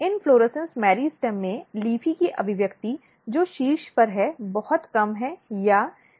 inflorescence meristem में LEAFY की अभिव्यक्ति जो शीर्ष पर है बहुत कम है या डिटिक्टबल नहीं है